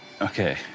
Okay